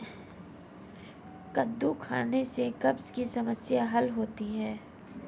कद्दू खाने से कब्ज़ की समस्याए हल होती है